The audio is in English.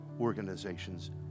organizations